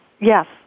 Yes